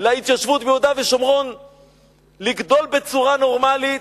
להתיישבות ביהודה ושומרון לגדול בצורה נורמלית,